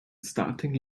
starting